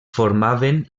formaven